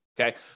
okay